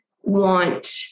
want